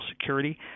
security